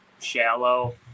shallow